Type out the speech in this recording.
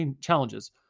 challenges